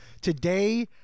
today